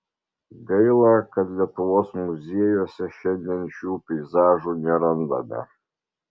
gaila kad lietuvos muziejuose šiandien šių peizažų nerandame